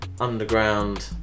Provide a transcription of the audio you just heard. underground